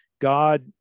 God